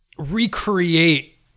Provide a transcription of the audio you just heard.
Recreate